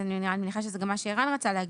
אני מניחה שזה גם מה שערן רצה להגיד,